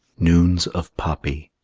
noons of poppy